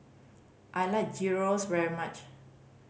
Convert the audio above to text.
I like Gyros very much